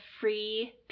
free